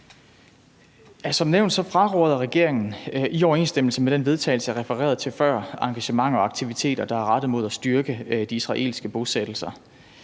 Som nævnt fraråder regeringen i overensstemmelse med den vedtagelse, jeg refererede til før, engagement og aktiviteter, der er rettet mod at styrke de israelske bosættelser.